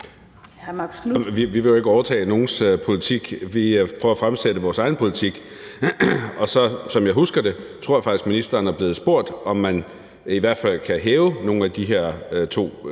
Vi vil jo ikke overtage nogens politik. Vi prøver at fremsætte vores egen politik. Og som jeg husker det, tror jeg faktisk, at ministeren er blevet spurgt, om det er muligt at hæve nogen af de her to